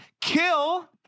Kill